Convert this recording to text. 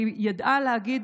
כי היא ידעה להגיד: